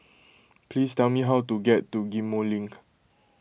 please tell me how to get to Ghim Moh Link